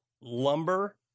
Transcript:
lumber